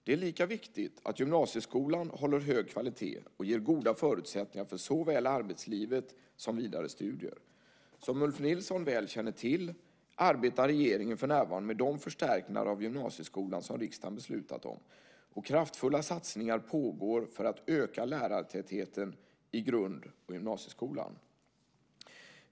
Det är lika viktigt att gymnasieskolan håller hög kvalitet och ger goda förutsättningar för såväl arbetslivet som vidare studier. Som Ulf Nilsson väl känner till arbetar regeringen för närvarande med de förstärkningar av gymnasieskolan som riksdagen beslutat om, och kraftfulla satsningar pågår för att öka lärartätheten i grund och gymnasieskolan.